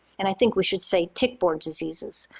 and i think we should say tick-borne diseases.